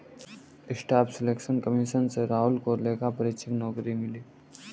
staff selection commission से राहुल को लेखा परीक्षक नौकरी मिली